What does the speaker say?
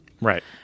Right